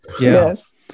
Yes